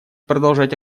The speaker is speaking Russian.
продолжать